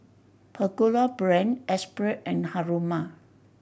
Pagoda Brand Esprit and Haruma